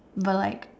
but like